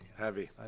heavy